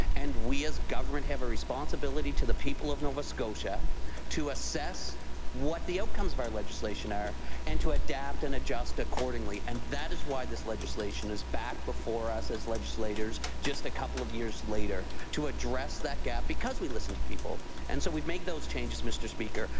and we as government have a responsibility to the people of nova scotia to assess what the outcomes of our legislation are and to adapt and adjust accordingly. and that is why this legislation is back before us as legislators, just a couple of years later. to address that gap, because we listened to people. and so we've made those changes, mr. speaker.